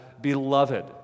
beloved